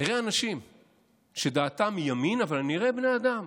אני אראה אנשים שדעתם ימין, אבל אני אראה בני אדם.